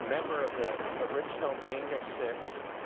member of the original gang of six.